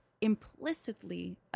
implicitly